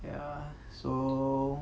ya so